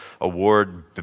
award